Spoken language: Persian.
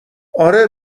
اره